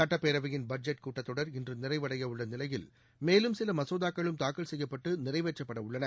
சட்டப்பேரவையின் பட்ஜெட் கூட்டத்தொடர் இன்று நிறைவடைய உள்ள நிலையில் மேலும் சில மசோதாக்களும் தாக்கல் செய்யப்பட்டு நிறைவேற்றப்பட உள்ளன